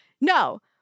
No